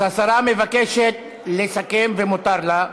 אז השרה מבקשת לסכם, ומותר לה.